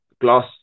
glass